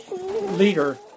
leader